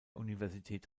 universität